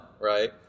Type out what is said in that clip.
right